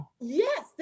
Yes